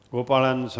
Gopalan